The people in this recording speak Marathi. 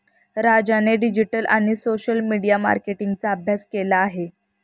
राजाने डिजिटल आणि सोशल मीडिया मार्केटिंगचा अभ्यास केला आहे